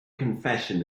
confession